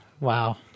wow